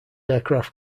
aircraft